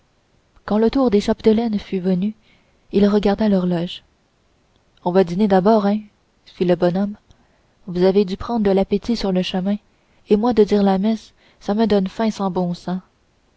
quand le tour des chapdelaine fut venu il regarda l'horloge on va dîner d'abord eh fit-il bonhomme vous avez dû prendre de l'appétit sur le chemin et moi de dire la messe ça me donne faim sans bon sens